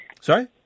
sorry